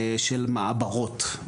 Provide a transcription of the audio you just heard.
של מעברות,